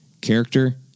character